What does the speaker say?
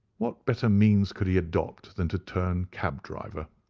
what better means could he adopt than to turn cabdriver.